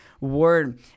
word